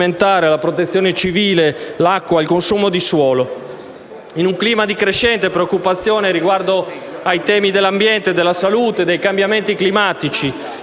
la Protezione civile, l'acqua, il consumo di suolo. In un clima di crescente preoccupazione riguardo ai temi dell'ambiente, della salute, dei cambiamenti climatici,